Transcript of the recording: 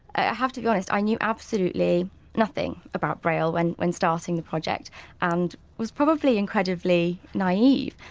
i have to be honest, i knew absolutely nothing about braille when when starting the project and was probably incredibly naive.